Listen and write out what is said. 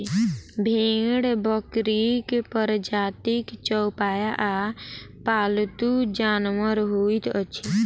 भेंड़ बकरीक प्रजातिक चौपाया आ पालतू जानवर होइत अछि